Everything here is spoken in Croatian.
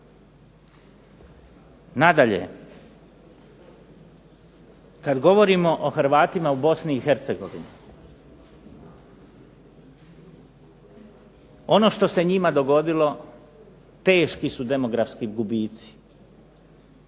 Nadalje, kad govorimo o Hrvatima u Bosni i Hercegovini, ono što se njima dogodilo teški su demografski gubici